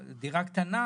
אבל הדירה קטנה.